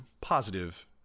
positive